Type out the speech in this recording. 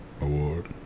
award